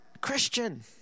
Christian